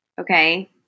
okay